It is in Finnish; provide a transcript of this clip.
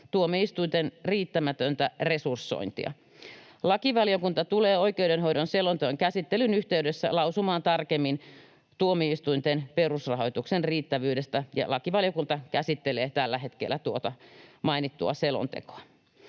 tuomioistuinten riittämätöntä resursointia. Lakivaliokunta tulee oikeudenhoidon selonteon käsittelyn yhteydessä lausumaan tarkemmin tuomioistuinten perusrahoituksen riittävyydestä, ja lakivaliokunta käsittelee tällä hetkellä tuota mainittua selontekoa.